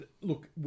look